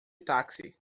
táxi